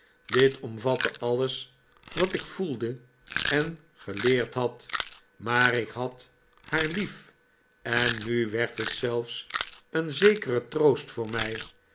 dit omvatte alles wat ik voelde en geleerd had maar ik had haar lief en nu werd het zelfs een zekere troost voor mij